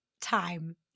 time